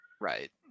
Right